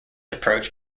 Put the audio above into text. approach